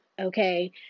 okay